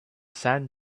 sand